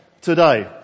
today